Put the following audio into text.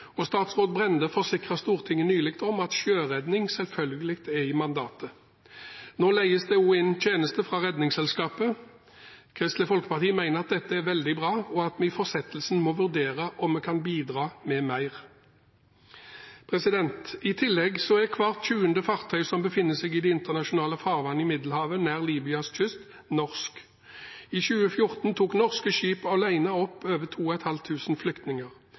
og statsråd Brende forsikret nylig Stortinget om at sjøredning selvfølgelig er i mandatet. Nå leies det også tjenester fra Redningsselskapet. Kristelig Folkeparti mener at dette er veldig bra, og at vi i fortsettelsen må vurdere om vi kan bidra med mer. I tillegg er hvert 20. fartøy som befinner seg i det internasjonale farvannet i Middelhavet nær Libyas kyst, norsk. I 2014 tok norske skip alene opp over 2 500 flyktninger.